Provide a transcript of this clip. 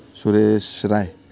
Suresh Rai